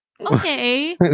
Okay